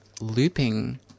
looping